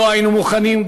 לא היינו מוכנים,